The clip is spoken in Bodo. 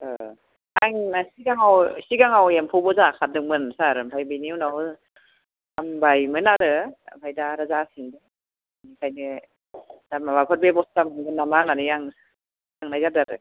आंना सिगाङाव सिगाङाव एम्फौबो जाखादोंमोन सार ओमफ्राय बिनि उनाव हामबायमोन आरो ओमफ्राय दा आरो जाफिन्दों ओंखायनो दा माबाफोर बेबस्था मोनगोन नामा होनना आं सोंनाय जादो आरो